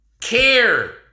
care